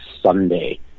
Sunday